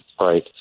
right